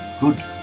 good